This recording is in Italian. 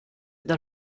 dal